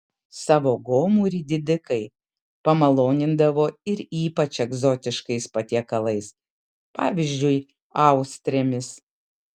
savo gomurį didikai pamalonindavo ir ypač egzotiškais patiekalais pavyzdžiui austrėmis